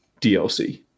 DLC